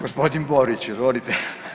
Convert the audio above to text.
Gospodin Borić, izvolite.